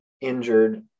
injured